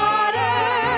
Water